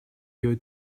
your